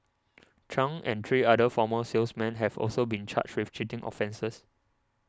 Chung and three other former salesmen have also been charged with cheating offences